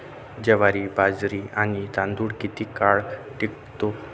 ज्वारी, बाजरी आणि तांदूळ किती काळ टिकतो?